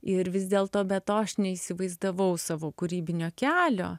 ir vis dėlto be to aš neįsivaizdavau savo kūrybinio kelio